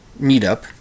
meetup